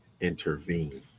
intervene